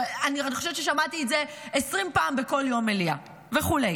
אני חושבת ששמעתי את זה 20 פעם בכל יום מליאה וכו'.